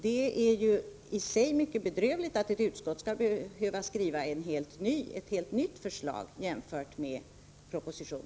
Det är i sig mycket bedrövligt att ett utskott skall behöva skriva ett helt nytt förslag jämfört med propositionen.